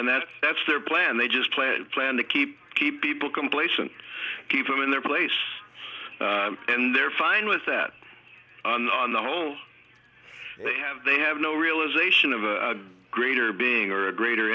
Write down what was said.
and that that's their plan they just plan and plan to keep keep people complacent keep them in their place and they're fine with that on the home they have they have no realization of a greater being or a greater